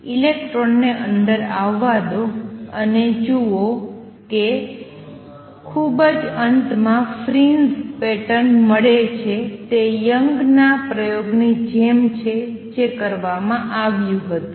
ઇલેક્ટ્રોનને અંદર આવવા દો અને જુઓ કે ખૂબ જ અંતમાં ફ્રિન્જ પેટર્ન મળે છે તે યંગના પ્રયોગની જેમ છે જે કરવામાં આવ્યું હતું